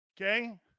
Okay